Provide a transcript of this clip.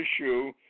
issue